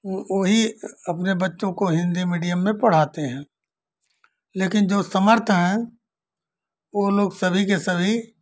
वो वो ही अपने बच्चों को हिन्दी मीडियम में पढ़ाते हैं लेकिन जो समर्थ हैं वो लोग सभी के सभी